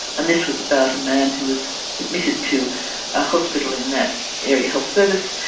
and this was about a man who was admitted to a hospital in that area health service,